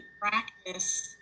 practice